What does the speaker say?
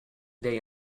day